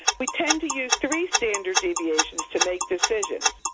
we tend to use three standard deviations to make decisions.